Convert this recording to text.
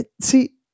see